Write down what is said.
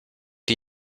die